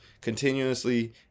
continuously